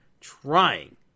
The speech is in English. trying